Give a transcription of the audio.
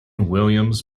williams